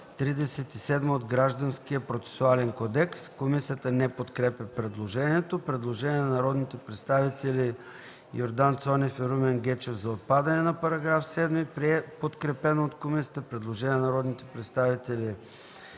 от Гражданския процесуален кодекс”. Комисията не подкрепя предложението. Предложение на народните представители Йордан Цонев и Румен Гечев –§ 7 да отпадне. Комисията подкрепя предложението. Предложение на народните представител